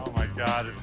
my god,